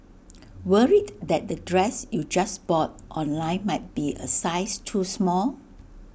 worried that the dress you just bought online might be A size too small